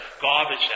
garbage